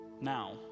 Now